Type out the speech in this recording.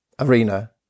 arena